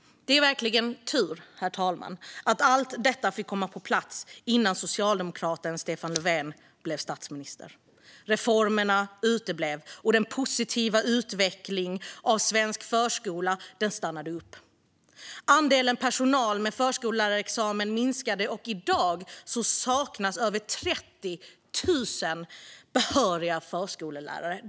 Det är verkligen tur, herr talman, att allt detta fick komma på plats innan socialdemokraten Stefan Löfven blev statsminister. Då uteblev reformerna och den positiva utvecklingen av svensk förskola stannade upp. Andelen personal med förskollärarexamen minskade, och i dag saknas över 30 000 behöriga förskollärare.